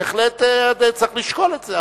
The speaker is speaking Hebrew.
בהחלט צריך לשקול את זה,